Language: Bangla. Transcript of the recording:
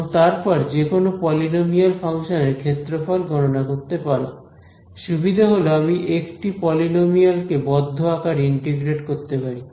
এবং তারপরে যেকোনো পলিনোমিয়াল ফাংশানের ক্ষেত্রফল গননা করতে পারো সুবিধা হল আমি একটি পলিনোমিয়াল কে বদ্ধ আকারে ইন্টিগ্রেট করতে পারি